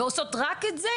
ולעשות רק את זה,